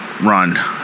run